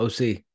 OC